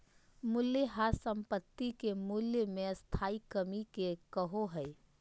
मूल्यह्रास संपाति के मूल्य मे स्थाई कमी के कहो हइ